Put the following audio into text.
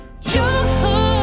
joy